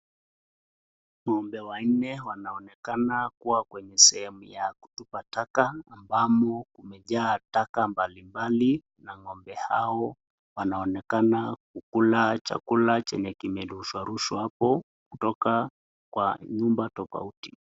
Ngombe wanne wanaonekana kuwa kwenye sehemu ya kutupa taka ambamo umejaa taka, mbali na ngombe hawa wanaonekana kukula chakula kenye kimerushwarushwa hapo kutoka kwa nyumba tofauti tofauti.